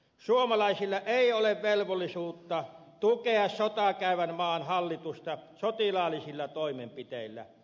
suomalaisilla ei ole velvollisuutta tukea sotaa käyvän maan hallitusta sotilaallisilla toimenpiteillä